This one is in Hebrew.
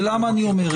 ולמה אני אומר את זה?